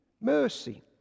mercy